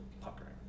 puckering